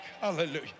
Hallelujah